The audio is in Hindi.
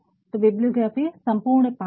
तो बिबलियोग्राफी सम्पूर्ण पाठ्य